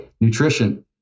nutrition